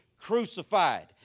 crucified